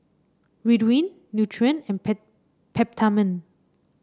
Ridwind Nutren and Peptamen